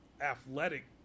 athletic